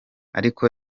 ariko